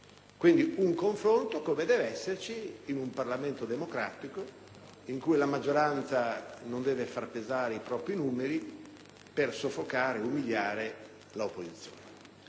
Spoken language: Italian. Quindi è un confronto, come deve esserci, in un Parlamento democratico, in cui la maggioranza non deve far pesare i propri numeri per soffocare e umiliare l'opposizione.